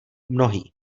mnohý